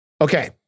Okay